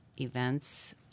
events